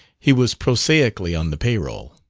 he was prosaically on the payroll.